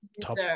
top